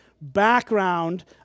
background